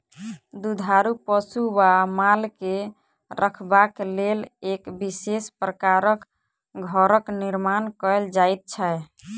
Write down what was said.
दुधारू पशु वा माल के रखबाक लेल एक विशेष प्रकारक घरक निर्माण कयल जाइत छै